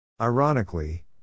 Ironically